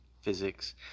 physics